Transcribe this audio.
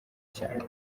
cyane